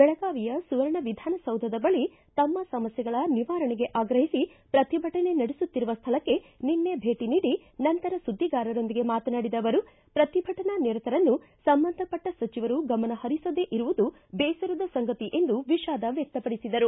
ಬೆಳಗಾವಿಯ ಸುವರ್ಣ ವಿಧಾನಸೌಧದ ಬಳಿ ತಮ್ಮ ಸಮಸ್ಥೆಗಳ ನಿವಾರಣೆಗೆ ಆಗ್ರಹಿಸಿ ಪ್ರತಿಭಟನೆ ನಡೆಸುತ್ತಿರುವ ಸ್ವಳಕ್ಕೆ ನಿನ್ನೆ ಭೇಟಿ ನೀಡಿ ನಂತರ ಸುದ್ದಿಗಾರರೊಂದಿಗೆ ಮಾತನಾಡಿದ ಅವರು ಪ್ರತಿಭಟನಾ ನಿರತರನ್ನು ಸಂಬಂಧಪಟ್ಟ ಸಚಿವರು ಗಮನ ಹರಿಸದೇ ಇರುವುದು ಬೇಸರದ ಸಂಗತಿ ಎಂದು ವಿಷಾದ ವ್ಯಕ್ತಪಡಿಸಿದರು